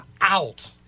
out